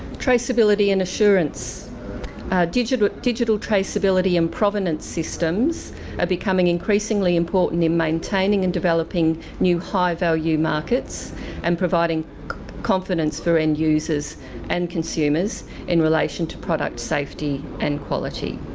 traceability and assurance digital digital traceability and provenance systems are becoming increasingly important in maintaining and developing new high value markets and providing confidence for end-users and consumers in relation to product safety and quality.